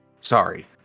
Sorry